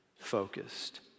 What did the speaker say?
focused